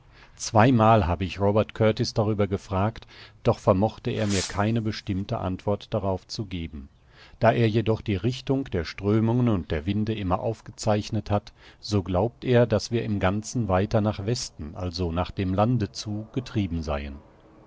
zweimal habe ich robert kurtis darüber gefragt doch vermochte er mir keine bestimmte antwort darauf zu geben da er jedoch die richtung der strömungen und der winde immer aufgezeichnet hat so glaubt er daß wir im ganzen weiter nach westen also nach dem lande zu getrieben seien